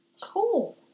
Cool